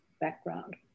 background